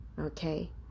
okay